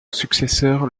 successeur